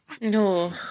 No